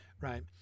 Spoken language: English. Right